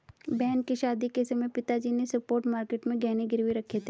बहन की शादी के समय पिताजी ने स्पॉट मार्केट में गहने गिरवी रखे थे